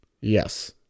Yes